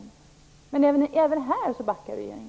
Men även här backar regeringen.